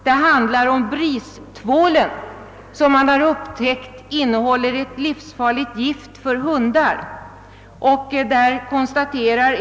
Det handlar om Bris-tvålen som man upptäckt innehåller ett livsfarligt gift för hundar.